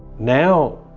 now,